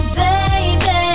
baby